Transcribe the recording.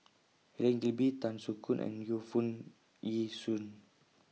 Helen Gilbey Tan Soo Khoon and Yu Foo Yee Shoon